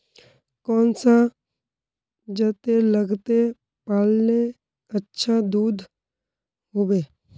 कौन सा जतेर लगते पाल्ले अच्छा दूध होवे?